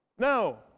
No